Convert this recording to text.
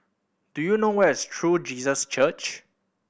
do you know where is True Jesus Church